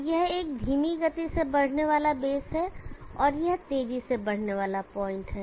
तो यह एक धीमी गति से बढ़ने वाला बेस है और यह तेजी से बढ़ने वाला पॉइंट है